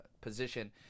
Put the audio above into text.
position